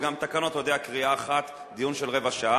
וגם תקנות, אתה יודע, קריאה אחת, דיון של רבע שעה.